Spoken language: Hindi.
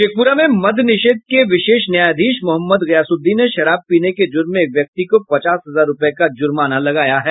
शेखपुरा में मद्य निषेध के विशेष नयायाधीश मोहम्मद गयासुद्दीन ने शराब पीने के जुर्म में एक व्यक्ति को पचास हजार रूपये का जुर्माना लगाया है